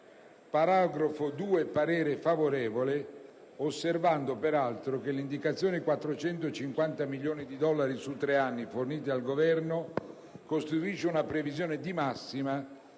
favorevole, come pure sul secondo, osservando peraltro che l'indicazione dei 450 milioni di dollari su tre anni forniti dal Governo costituisce una previsione di massima